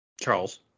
Charles